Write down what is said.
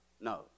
no